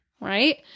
Right